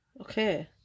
Okay